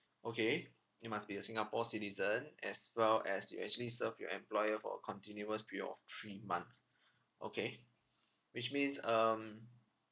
okay it must be a singapore citizen as well as you actually serve your employer for a continuous period of three months okay which means um